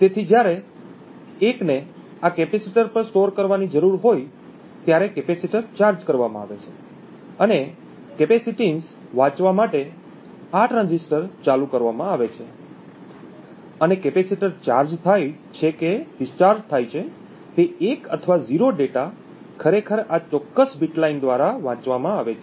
તેથી જ્યારે 1 ને આ કેપેસિટર પર સ્ટોર કરવાની જરૂર હોય ત્યારે કેપેસિટર ચાર્જ કરવામાં આવે છે અને કેપેસિટીન્સ વાંચવા માટે આ ટ્રાંઝિસ્ટર ચાલુ કરવામાં આવે છે અને કેપેસિટર ચાર્જ થાય છે કે ડિસ્ચાર્જ થાય છે તે 1 અથવા 0 ડેટા ખરેખર આ ચોક્કસ બીટ લાઇન દ્વારા વાંચવામાં આવે છે